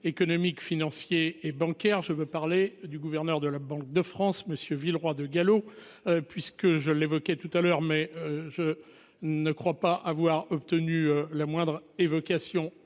Économique, financier et bancaire. Je veux parler du gouverneur de la Banque de France, monsieur Villeroy de Galhau puisque je l'évoquais tout à l'heure, mais je ne crois pas avoir obtenu la moindre évocation